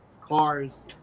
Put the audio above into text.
cars